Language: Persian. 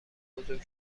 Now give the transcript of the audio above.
بزرگ